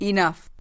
Enough